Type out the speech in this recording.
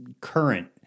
current